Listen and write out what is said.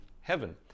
heaven